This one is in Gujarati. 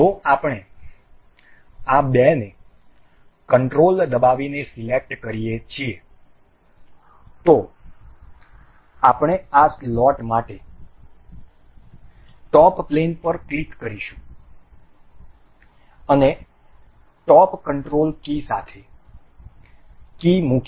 જો આપણે આ બેને કંટ્રોલ દબાવીને સિલેક્ટ કરીએ છીએ તો આપણે આ સ્લોટ માટે ટોપ પ્લેન પર ક્લિક કરીશું અને ટોપ કંટ્રોલ કી સાથે કી મૂકી